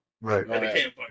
Right